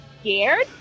scared